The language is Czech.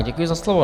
Děkuji za slovo.